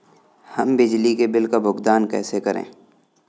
हम बिजली के बिल का भुगतान कैसे कर सकते हैं?